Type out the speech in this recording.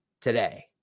today